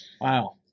Wow